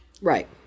Right